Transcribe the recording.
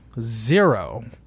Zero